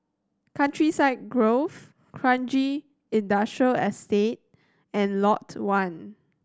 Countryside Grove Kranji Industrial Estate and Lot One